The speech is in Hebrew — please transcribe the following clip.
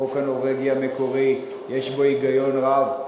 החוק הנורבגי המקורי יש בו היגיון רב,